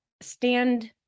stand